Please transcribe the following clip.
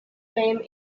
fame